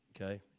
Okay